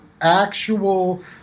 actual